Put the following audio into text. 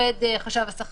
עובדים,